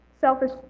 Selfish